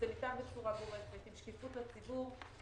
זה ניתן בצורה גורפת עם שקיפות לציבור,